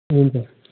हुन्छ